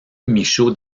michaud